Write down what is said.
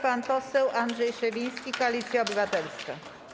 Pan poseł Andrzej Szewiński, Koalicja Obywatelska.